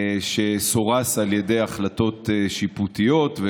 שסורס על ידי החלטות שיפוטיות,